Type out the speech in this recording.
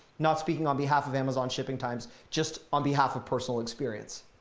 not speaking on behalf of amazon shipping times, just on behalf of personal experience.